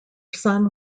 son